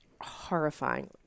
horrifying